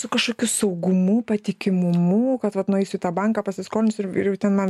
su kažkokiu saugumu patikimumu kad vat nueisiu tą banką pasiskolinsiu ir jau ten man